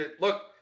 look